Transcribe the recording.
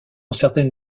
certaines